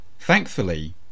Thankfully